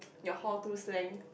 your hor too slang